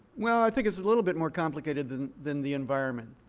well, i think it's a little bit more complicated than than the environment.